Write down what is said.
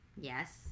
yes